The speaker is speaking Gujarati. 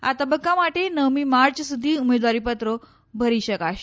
આ તબક્કા માટે નવમી માર્ચ સુધી ઉમેદવારીપત્રો ભરી શકાશે